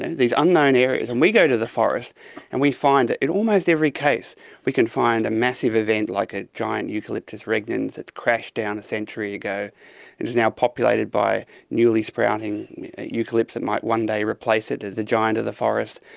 these unknown areas. and we go to the forest and we find that in almost every case we can find a massive event like a giant eucalyptus regnans that crashed down a century ago and is now populated by newly sprouting eucalypts that might one day replace it as a giant of the forest.